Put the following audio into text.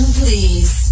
please